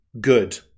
good